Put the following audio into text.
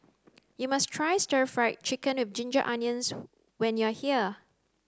you must try stir fried chicken of ginger onions when you are here